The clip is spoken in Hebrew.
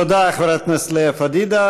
תודה לחברת הכנסת לאה פדידה.